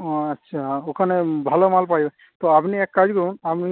ও আচ্ছা ওখানে ভালো মাল পাওয়া যাচ্ছে তো আপনি এক কাজ করুন আপনি